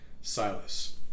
Silas